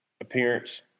appearance